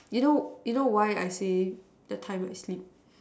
you know you know why I see the time I sleep